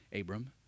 Abram